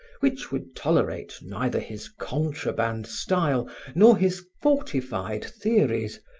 which would tolerate neither his contraband style nor his fortified theories,